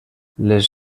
les